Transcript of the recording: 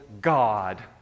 God